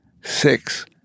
Six